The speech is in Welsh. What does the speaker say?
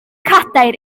cadair